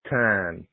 time